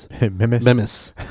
memes